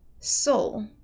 soul